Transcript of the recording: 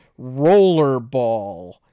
Rollerball